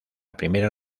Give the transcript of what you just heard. primera